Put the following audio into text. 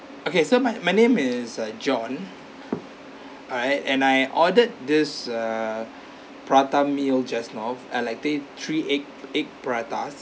okay so my my name is uh john right and I ordered this err prata meal just now and like the three egg egg prata